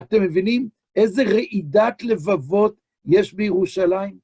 אתם מבינים איזה רעידת לבבות יש בירושלים?